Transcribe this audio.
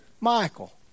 Michael